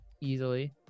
easily